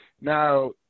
now